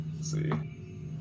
see